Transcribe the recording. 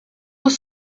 eaux